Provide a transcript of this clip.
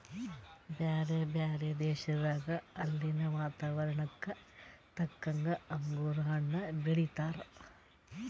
ಬ್ಯಾರೆ ಬ್ಯಾರೆ ಪ್ರದೇಶದಾಗ ಅಲ್ಲಿನ್ ವಾತಾವರಣಕ್ಕ ತಕ್ಕಂಗ್ ಅಂಗುರ್ ಹಣ್ಣ್ ಬೆಳೀತಾರ್